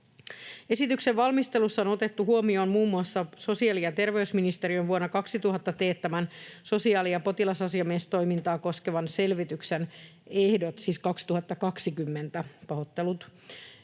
Esityksen valmistelussa on otettu huomioon muun muassa sosiaali- ja terveysministeriön vuonna 2020 teettämän sosiaali- ja potilasasiamiestoimintaa koskevan selvityksen ehdotukset, eli teetimme